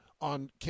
on